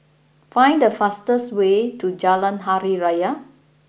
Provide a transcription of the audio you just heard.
find the fastest way to Jalan Hari Raya